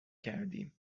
کردیم